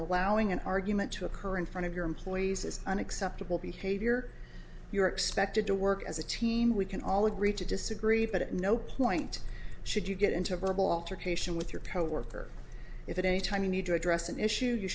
allowing an argument to occur in front of your employees is unacceptable behavior you are expected to work as a team we can all agree to disagree but at no point should you get into a verbal altercation with your post worker if at any time you need to address an issue you